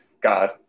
God